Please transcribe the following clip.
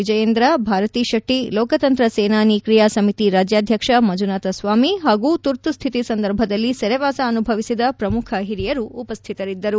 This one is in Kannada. ವಿಜಯೇಂದ್ರ ಭಾರತಿ ಶೆಟ್ಟಿ ಲೋಕತಂತ್ರ ಸೇನಾನಿ ಕ್ರಿಯಾ ಸಮಿತಿ ರಾಜ್ಯಾಧ್ಯಕ್ಷ ಮಂಜುನಾಥ ಸ್ವಾಮಿ ಹಾಗೂ ತುರ್ತುಸ್ಥಿತಿ ಸಂದರ್ಭದಲ್ಲಿ ಸೆರೆವಾಸ ಅನುಭವಿಸಿದ ಪ್ರಮುಖ ಹಿರಿಯರು ಉಪಸ್ಥಿತರಿದ್ದರು